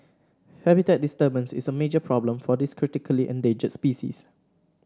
habitat disturbance is a major problem for this critically endangered species